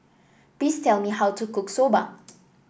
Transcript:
please tell me how to cook Soba